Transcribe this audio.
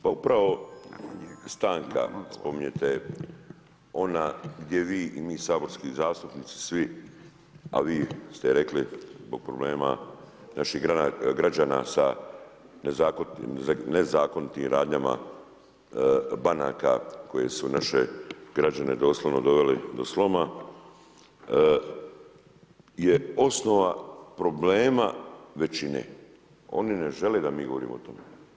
Pa upravo stanka spominjete ona gdje vi i mi saborski zastupnici, svi, a vi ste rekli zbog problema naših građanima sa nezakonitim radnjama banaka koji su naše građane doslovno doveli do sloma je osnova problema većine, oni ne žele da mi govorimo o tome.